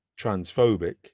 transphobic